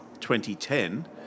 2010